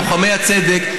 לוחמי הצדק,